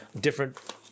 different